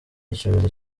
icyorezo